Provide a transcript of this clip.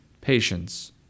patience